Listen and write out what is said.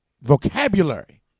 vocabulary